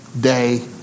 day